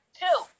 two